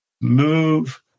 move